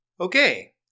okay